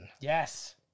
Yes